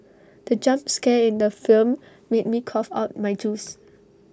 the jump scare in the film made me cough out my juice